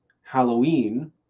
Halloween